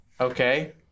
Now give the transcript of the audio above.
okay